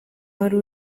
wari